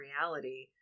reality